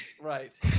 Right